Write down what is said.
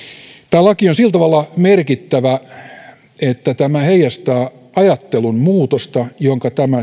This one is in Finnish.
tämä laki on sillä tavalla merkittävä että tämä heijastaa ajattelun muutosta jonka tämä